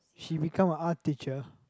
she become a art teacher